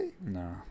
No